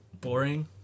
Boring